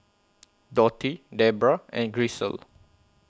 Dotty Debra and Grisel